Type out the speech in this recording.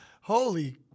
Holy